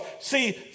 see